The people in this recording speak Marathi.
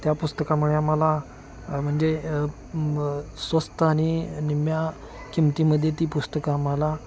त्या पुस्तकामुळे आम्हाला म्हणजे ब स्वस्त आणि निम्म्या किंमतीमध्ये ती पुस्तकं आम्हाला